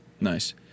Nice